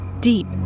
deep